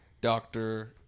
doctor